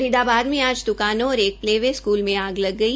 फरीदाबाद में आज द्कानों और एक प्ले स्कूल में आग लग गई